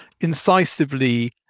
incisively